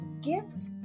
gifts